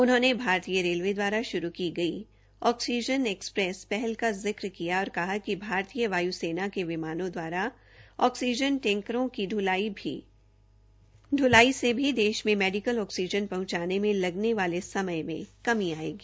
उन्होंने भारतीय रेलवे द्वारा शुरू गई पहल ऑक्सीजन एक्सप्रेस का जिक्र किया और कहा कि भारतीय वाय्सेना के विमानों द्वारा ऑक्सीजन टैंकरों की आवाजाही से भी देश में मेडिकल ऑक्सीजन पहुंचाने में लगने वाले सम में कमी आयेगी